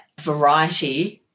variety